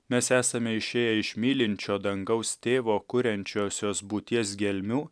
mes esame išėję iš mylinčio dangaus tėvo kuriančiosios būties gelmių